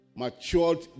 matured